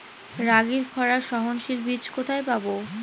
রাগির খরা সহনশীল বীজ কোথায় পাবো?